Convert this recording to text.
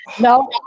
No